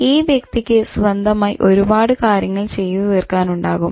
ഈ വ്യക്തിക്ക് സ്വന്തമായി ഒരുപാട് കാര്യങ്ങൾ ചെയ്ത് തീർക്കാൻ ഉണ്ടാകും